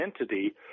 entity